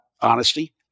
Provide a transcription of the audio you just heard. honesty